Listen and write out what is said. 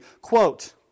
Quote